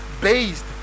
based